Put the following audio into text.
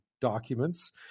documents